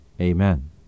Amen